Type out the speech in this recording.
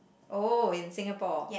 oh in Singapore